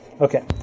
Okay